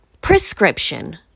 Prescription